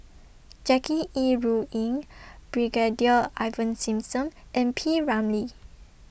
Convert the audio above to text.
Jackie Yi Ru Ying Brigadier Ivan Simson and P Ramlee